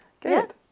good